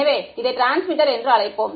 எனவே இதை டிரான்ஸ்மிட்டர் என்று அழைப்போம்